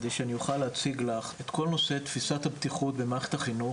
כדי שאני אוכל להציג לך את כל נושא תפיסת הבטיחות במערכת החינוך,